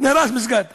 נהרס מסגד.